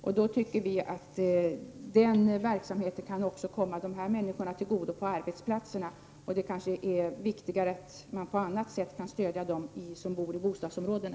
Därför tycker vi att den verksamheten också kan komma de här människorna till godo på arbetsplatsen. Det kanske är viktigare att man på annat sätt kan stödja dem som bor i bostadsområdena.